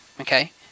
okay